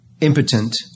impotent